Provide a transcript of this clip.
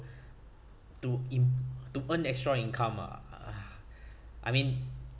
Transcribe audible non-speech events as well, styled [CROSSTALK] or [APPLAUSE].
to im~ to earn extra income ah [NOISE] I mean